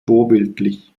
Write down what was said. vorbildlich